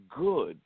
good